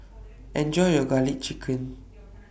Enjoy your Garlic Chicken